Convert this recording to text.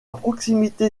proximité